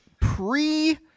pre